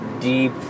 deep